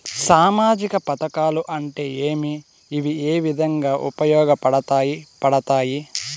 సామాజిక పథకాలు అంటే ఏమి? ఇవి ఏ విధంగా ఉపయోగపడతాయి పడతాయి?